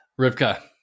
Rivka